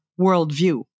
worldview